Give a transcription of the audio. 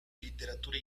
literatura